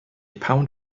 pound